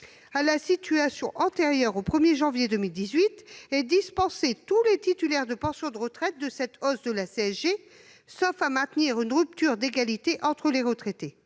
à la situation antérieure au 1 janvier 2018 et de dispenser tous les titulaires de pensions de retraite de cette hausse de la CSG, sauf à maintenir une rupture d'égalité entre les retraités.